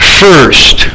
first